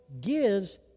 gives